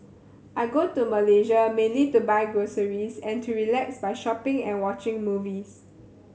I go to Malaysia mainly to buy groceries and to relax by shopping and watching movies